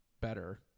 better